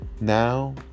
Now